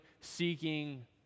seeking